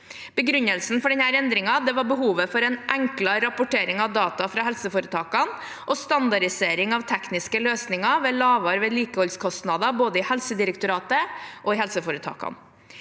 Begrunnelsen for denne endringen var behovet for en enklere rapportering av data fra helseforetakene og standardisering av tekniske løsninger med lavere vedlikeholdskostnader både i Helsedirektoratet og i helseforetakene.